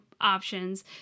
options